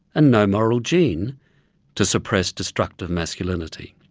and no moral gene to suppress destructive masculinity.